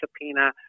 subpoena